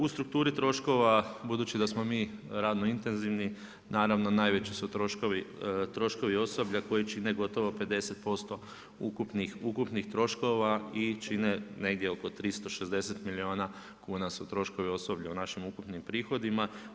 U strukturi troškova, budući da smo mi radno intenzivni, naravno najveći su troškovi osoblja koje čine gotovo 50% ukupnih troškova i čine negdje oko 360 milijuna kuna su troškovi, osoblja u našim ukupnim prihodima.